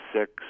six –